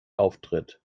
auftritt